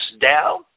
down